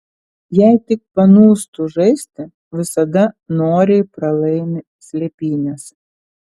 jei tik panūstu žaisti visada noriai pralaimi slėpynes